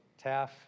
TAF